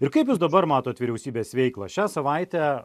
ir kaip jūs dabar matot vyriausybės veiklą šią savaitę